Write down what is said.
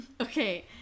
okay